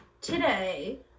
today